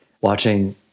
watching